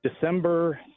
December